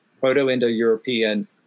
Proto-Indo-European